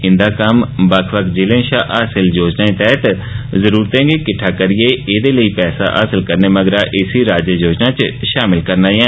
इंदा कम्म बक्ख बक्ख जिलें षा हासल जिला योजनाएं तैहत जरूरतें गी किट्ठा करियै एहदे लेई पैसा हासल करने मगरा इसी राज्य योजना च षामल ऐ